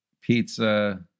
Pizza